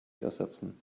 ersetzen